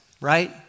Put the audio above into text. right